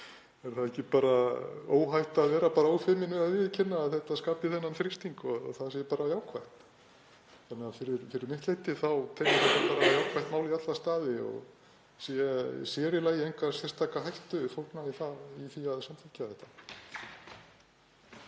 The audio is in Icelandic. Er þá ekki bara óhætt að vera ófeiminn við að viðurkenna að þetta skapi þennan þrýsting og það sé bara jákvætt? Þannig að fyrir mitt leyti þá er þetta jákvætt mál í alla staði og ég sé sér í lagi enga sérstaka hættu fólgna í því að samþykkja þetta.